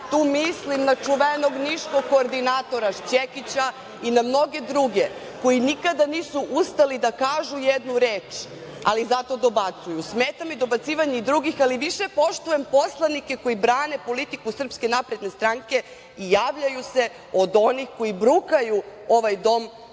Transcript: tu mislim na čuvenog niškog koordinatora Šćekića i na mnoge druge, koji nikada nisu ustali da kažu jednu reč, ali zato dobacuju. Smeta mi dobacivanje i drugih, ali više poštujem poslanike koji brane politiku SNS i javljaju se, od onih koji brukaju ovaj dom i ovde